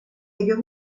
ellos